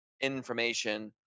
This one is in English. information